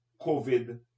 covid